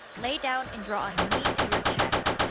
lay down and draw a knee to your chest.